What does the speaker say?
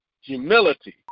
humility